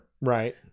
Right